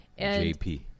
Jp